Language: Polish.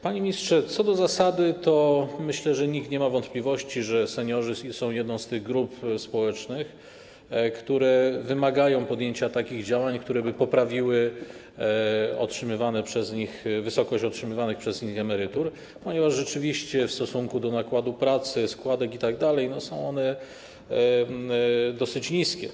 Panie ministrze, co do zasady to myślę, że nikt nie ma wątpliwości, że seniorzy są jedną z tych grup społecznych, które wymagają podjęcia takich działań, które by poprawiły wysokość otrzymywanych przez nich emerytur, ponieważ rzeczywiście w stosunku do nakładu pracy, składek itd. są one dosyć niskie.